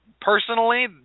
personally